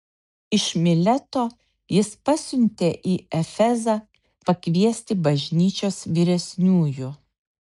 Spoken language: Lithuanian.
iš mileto jis pasiuntė į efezą pakviesti bažnyčios vyresniųjų